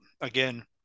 again